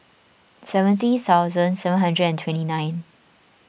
seventy thousand seven hundred and twenty nine